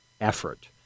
effort